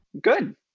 good